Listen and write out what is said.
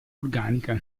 organica